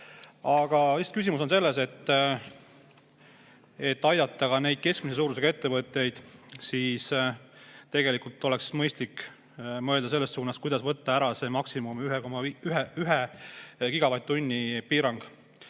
Aga kuna küsimus on selles, et tuleks aidata ka keskmise suurusega ettevõtteid, siis tegelikult oleks mõistlik mõelda selles suunas, kuidas võtta ära see maksimum, ühe gigavatt-tunni piirang.